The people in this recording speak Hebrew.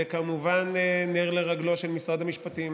וכמובן נר לרגלו של משרד המשפטים